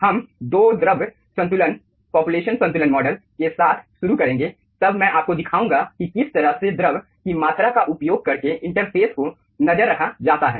हम 2 द्रव संतुलन पॉपुलेशन संतुलन मॉडल के साथ शुरू करेंगे तब मैं आपको दिखाऊंगा कि किस तरह से द्रव की मात्रा का उपयोग करके इंटरफ़ेस को नज़र रखा जाता है